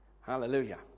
hallelujah